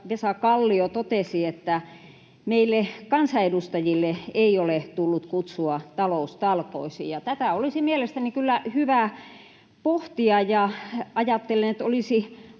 Vesa Kallio totesi, että meille kansanedustajille ei ole tullut kutsua taloustalkoisiin, ja tätä olisi mielestäni kyllä hyvä pohtia. Ajattelen, että olisi